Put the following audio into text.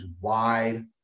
wide